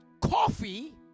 coffee